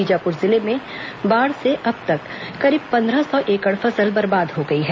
बीजापुर जिले में बाढ़ से अब तक करीब पंद्रह सौ एकड़ फसल बर्बाद हो गई है